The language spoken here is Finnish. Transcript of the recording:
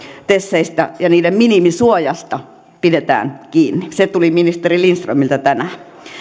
teseistä ja niiden minimisuojasta pidetään kiinni se tuli ministeri lindströmiltä tänään